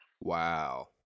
wow